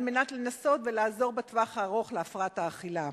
על מנת לנסות ולעזור בטווח הארוך להפרעת האכילה.